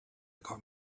got